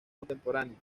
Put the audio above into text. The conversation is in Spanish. contemporánea